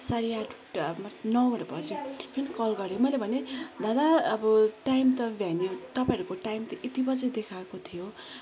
साढे आठ नौहरू बज्यो कल गरे मैले भने दादा अब टाइम त भ्यालू तपाईँहरूको टाइम त यति बजी देखाएको थियो